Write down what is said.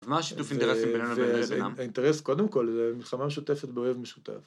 מה השיתוף אינטרסים בינינו ובינם? האינטרס קודם כל זה מלחמה משותפת באויב משותף.